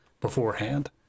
beforehand